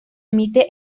emite